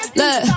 look